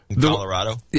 Colorado